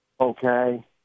okay